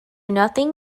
nothing